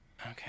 Okay